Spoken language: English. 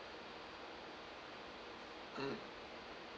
mm